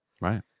Right